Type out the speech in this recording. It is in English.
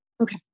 Okay